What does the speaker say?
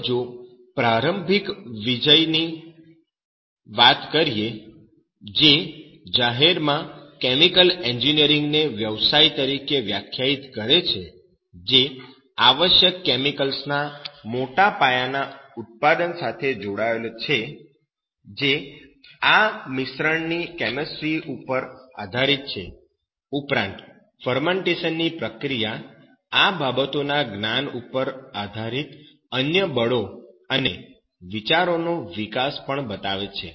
આપણે જો પ્રારંભિક વિજય ની વાત કરીએ જે જાહેરમાં કેમિકલ એન્જિનિયરિંગને વ્યાવસાય તરીકે વ્યાખ્યાયિત કરે છે જે આવશ્યક કેમિકલ્સના મોટા પાયાના ઉત્પાદન સાથે જોડાયેલ છે જે આ મિશ્રણની કેમિસ્ટ્રી ઉપર આધારિત છે ઉપરાંત ફરમેન્ટેશનની પ્રક્રિયા - આ બાબતોના જ્ઞાન પર આધારિત અન્ય બળો અને વિચારનો વિકાસ પણ બતાવે છે